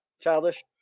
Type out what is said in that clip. childish